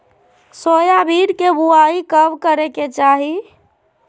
Soybean के बुआई कब करे के चाहि?